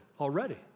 already